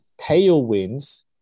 tailwinds